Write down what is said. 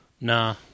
Nah